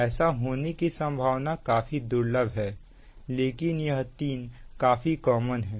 ऐसा होने की संभावना काफी दुर्लभ है लेकिन यह तीन काफी कॉमन है